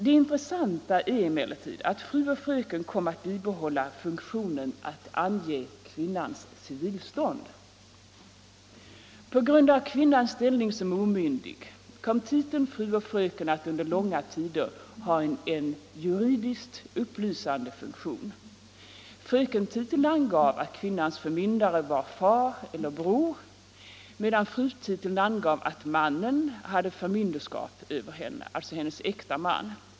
Det intressanta är emellertid att fru och fröken kom att bibehålla funktionen att ange kvinnans civilstånd. På grund av kvinnans ställning som omyndig hade titlarna fru och fröken under långa tider en juridiskt upplysande funktion. Frökentiteln angav att kvinnans förmyndare var far eller bror, medan frutiteln angav att hennes äkta man hade förmynderskap över henne.